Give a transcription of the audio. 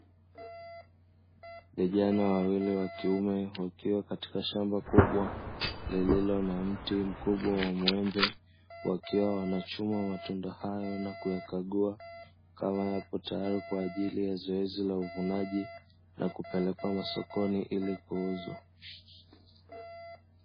Vijana wawili wa kiume wakiwa katika shamba kubwa lililo na mti mkubwa wa mwembe wakiwa wanachuma matunda hayo na kuyakagua kama yapo tayari kwa ajili ya zoezi la uvunaji na kupelekwa masokoni ili kuuzwa.